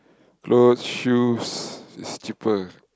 clothes shoes it's cheaper